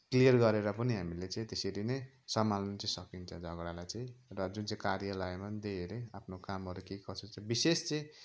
clear गरेर पनि हामीले चाहिँ त्यसरी नै सम्हाल्नु चाहिँ सकिन्छ झगडालाई चाहिँ र जुन चाहिँ कार्यालयमा पनि त्यही हेरे आफ्नो कामहरू के कसो छ विशेष चाहिँ